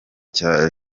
cya